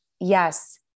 Yes